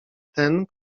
ten